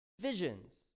visions